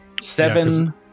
Seven